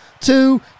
two